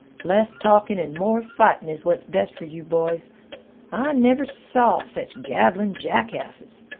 less talkin' an' more fightin' is what's best for you boys. i never saw sech gabbling jackasses.